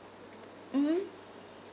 (uh huh)